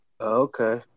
Okay